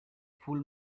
pull